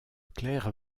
clerc